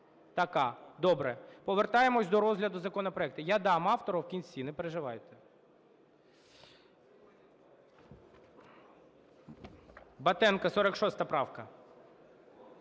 Така, добре. Повертаємося до розгляду законопроекту. Я дам автору в кінці, не переживайте. Батенко, 46 правка.